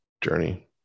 journey